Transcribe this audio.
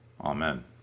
Amen